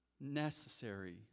necessary